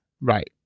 Right